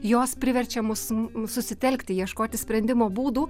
jos priverčia mus susitelkti ieškoti sprendimo būdų